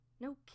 No